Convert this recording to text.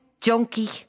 Junkie